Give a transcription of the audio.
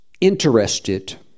interested